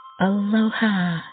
Aloha